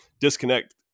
disconnect